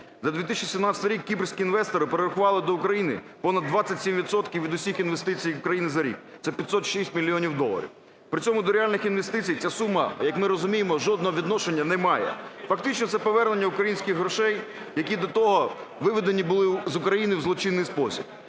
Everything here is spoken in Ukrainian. За 2017 рік кіпрські інвестори перерахували до України понад 27 відсотків від усіх інвестицій України за рік – це 506 мільйонів доларів. При цьому до реальних інвестицій ця сума, як ми розуміємо, жодного відношення не має. Фактично це повернення українських грошей, які до того виведені були з України в злочинний спосіб.